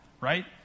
right